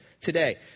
Today